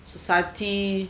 society